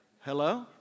Hello